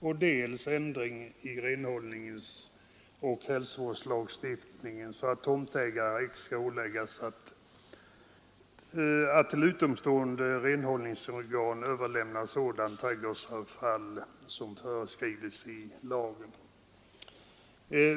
De vill ha ändring i renhållningsoch hälsovårdslagstiftningen så att tomtägare icke skall åläggas att till utomstående renhållningsorgan överlämna sådant trädgårdsavfall som föreskrivits i lagen.